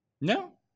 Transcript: No